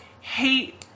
hate